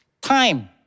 time